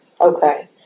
Okay